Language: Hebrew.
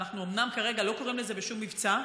ואנחנו אומנם כרגע לא קוראים לזה בשום מבצע,